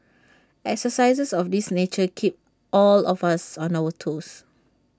exercises of this nature keep all of us on our toes